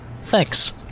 Thanks